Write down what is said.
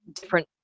different